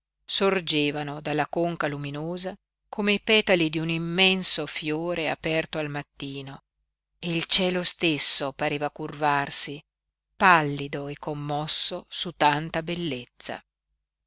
nou sorgevano dalla conca luminosa come i petali di un immenso fiore aperto al mattino e il cielo stesso pareva curvarsi pallido e commosso su tanta bellezza